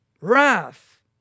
wrath